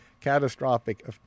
catastrophic